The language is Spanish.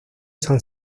san